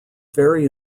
very